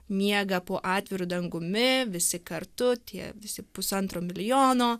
miega po atviru dangumi visi kartu tie visi pusantro milijono